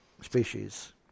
species